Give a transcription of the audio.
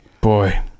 Boy